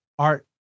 art